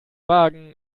wagen